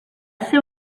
ser